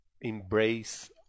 embrace